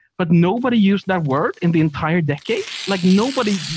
but nobody used that word in the entire decade. like nobody